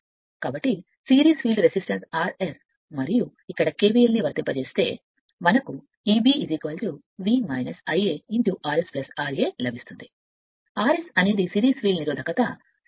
కాబట్టి మరియు వర్తిస్తే మరియు ఇది series field resistance R S మరియు ఇక్కడ ఆ KVL ని వర్తింపజేస్తే కాబట్టి మనకు Eb V Ia R S ra లభిస్తుంది R S అనేది సిరీస్ ఫీల్డ్ నిరోధకత